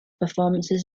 performances